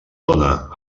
dóna